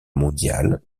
mondiale